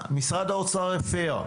משרד האוצר הפר.